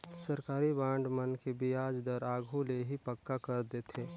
सरकारी बांड मन के बियाज दर आघु ले ही पक्का कर देथे